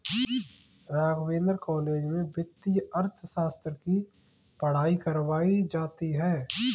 Raghavendra college में वित्तीय अर्थशास्त्र की पढ़ाई करवायी जाती है